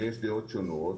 ויש דעות שונות